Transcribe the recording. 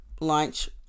lunch